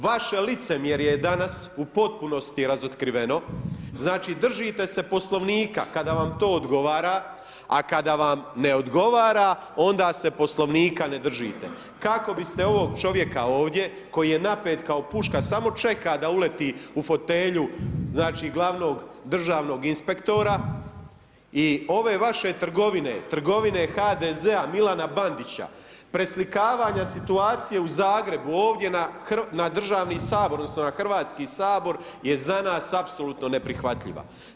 Vaše licemjerje je danas u potpunosti razotkriveno, znači držite se Poslovnika kada vam to odgovora, a kada vam ne odgovara onda se Poslovnika ne držite, kako biste ovog čovjeka ovdje koji je napet kao puška samo čeka da uleti u fotelju znači glavnog državnog inspektora i ove vaše trgovine, trgovine HDZ-a, Milana Bandića, preslikavanje situacije u Zagrebu ovdje na državni sabor odnosno na Hrvatski sabor je za nas apsolutno neprihvatljiva.